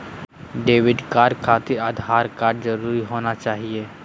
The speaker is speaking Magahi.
डेबिट कार्ड खातिर आधार कार्ड जरूरी होना चाहिए?